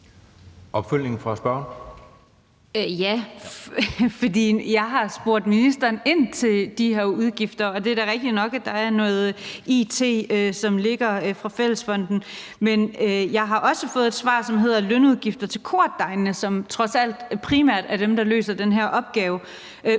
jeg har spurgt ministeren ind til de her udgifter, og det er da rigtigt nok, at der er noget it, som er blevet finansieret af fællesfonden. Men jeg har også fået et svar, som lyder, at lønudgifterne til kordegnene, som trods alt primært er dem, der løser den her opgave,